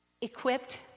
equipped